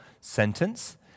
sentence